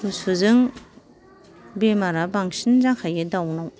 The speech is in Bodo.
गुसुजों बेमारा बांसिन जाखायो दाउनाव